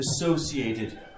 associated